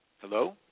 Hello